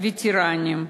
הווטרנים,